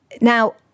Now